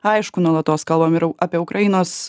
aišku nuolatos kalbam ir u apie ukrainos